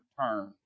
turn